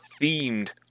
themed